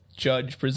Judge